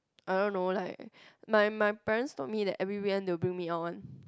I don't know like my my parents told me that every weekend they will bring me out one